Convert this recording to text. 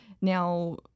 now